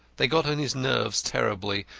they got on his nerves terribly,